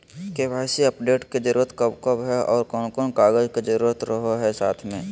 KYC update के जरूरत कब कब है और कौन कौन कागज के जरूरत रहो है साथ में?